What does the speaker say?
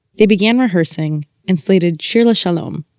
they began rehearsing and slated shir la'shalom,